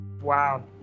Wow